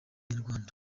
inyarwanda